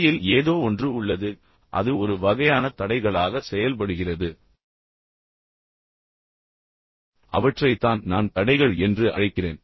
இடையில் ஏதோ ஒன்று உள்ளது அது ஒரு வகையான தடைகளாக செயல்படுகிறது அவற்றைத்தான் நான் தடைகள் என்று அழைக்கிறேன்